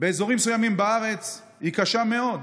באזורים מסוימים בארץ היא קשה מאוד.